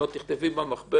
אם לא, תכתבי במחברת.